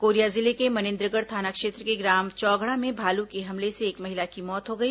Korea जिले के मनेन्द्रगढ़ थाना क्षेत्र के ग्राम चौघड़ा में भालू के हमले से एक महिला की मौत हो गई